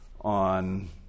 on